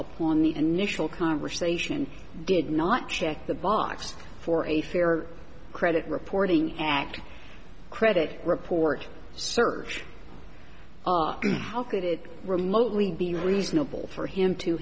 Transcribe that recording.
upon the initial conversation did not check the box for a fair credit reporting act credit report search how could it remotely be reasonable for him to